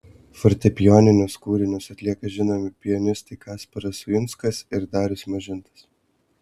fortepijoninius kūrinius atlieka žinomi pianistai kasparas uinskas ir darius mažintas